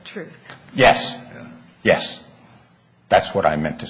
truth yes yes that's what i meant to